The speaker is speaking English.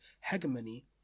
hegemony